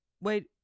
Wait